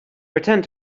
pretend